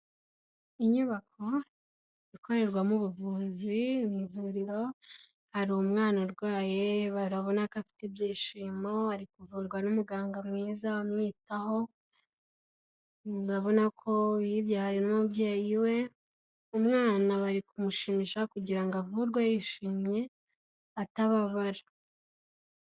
Inyubako ikorerwamo ubuvuzi. Mu ivuriro hari umwana urwaye. Barabona ko afite ibyishimo. Ari kuvurwa n'umuganga mwiza amwitaho. Murabona ko hirya hari n'umubyeyi we. Umwana bari kumushimisha kugira ngo avurwe yishimye atababara